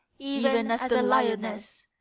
even as the lioness,